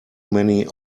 many